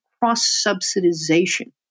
cross-subsidization